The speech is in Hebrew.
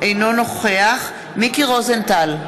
אינו נוכח מיקי רוזנטל,